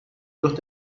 wird